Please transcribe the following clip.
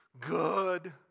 Good